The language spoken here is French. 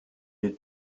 est